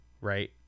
right